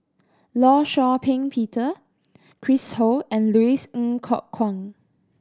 Law Shau Ping Peter Chris Ho and Louis Ng Kok Kwang